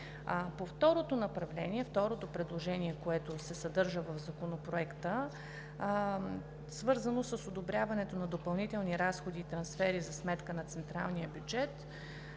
По второто направление – второто предложение, което се съдържа в Законопроекта, свързано с одобряването на допълнителни разходи и трансфери за сметка на централния бюджет,